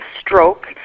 stroke